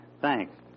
Thanks